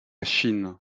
chine